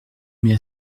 mais